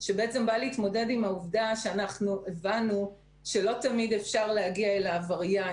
שמתמודד עם ההבנה שלא תמיד אפשר להגיע אל העבריין.